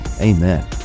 Amen